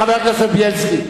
חבר הכנסת בילסקי,